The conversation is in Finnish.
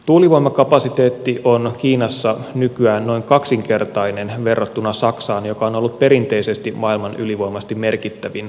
tuulivoimakapasiteetti on kiinassa nykyään noin kaksinkertainen verrattuna saksaan joka on ollut perinteisesti maailman ylivoimaisesti merkittävin tuulivoimamaa